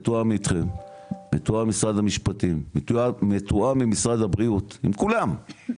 מתואם אתכם מתואם עם משרד המשפטים מתואם עם משרד הבריאות עם כולם,